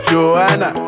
Joanna